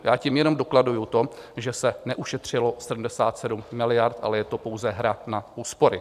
Já tím jenom dokladuji to, že se neušetřilo 77 miliard, ale je to pouze hra na úspory.